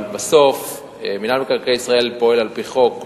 אבל בסוף מינהל מקרקעי ישראל פועל על-פי חוק.